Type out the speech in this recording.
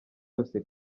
yose